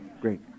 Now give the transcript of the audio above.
Great